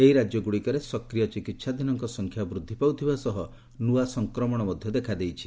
ଏହି ରାଜ୍ୟଗୁଡ଼ିକରେ ସକ୍ରିୟ ଚିକିତ୍ସାଧୀନଙ୍କ ସଂଖ୍ୟା ବୃଦ୍ଧି ପାଉଥିବା ସହ ନୂଆ ସଂକ୍ରମଣ ମଧ୍ୟ ଦେଖାଦେଇଛି